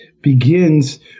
begins